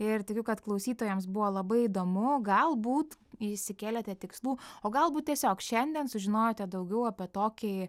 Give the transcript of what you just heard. ir tikiu kad klausytojams buvo labai įdomu galbūt išsikėlėte tikslų o galbūt tiesiog šiandien sužinojote daugiau apie tokį